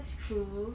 that's true